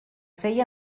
feia